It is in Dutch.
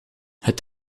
het